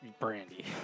Brandy